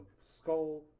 skull